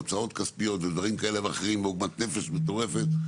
הוצאות כספיות ודברים כאלה ואחרים ועוגמת נפש מטורפת,